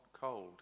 cold